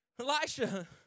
Elisha